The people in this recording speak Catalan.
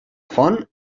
font